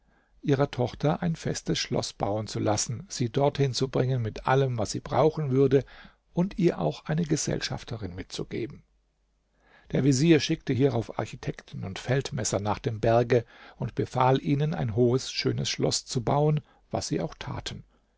ihrer tochter ein festes schloß bauen zu lassen sie dorthin zu bringen mit allem was sie brauchen würde und ihr auch eine gesellschafterin mitzugeben der vezier schickte hierauf architekten und feldmesser nach dem berge und befahl ihnen ein hohes schönes schloß zu bauen was sie auch taten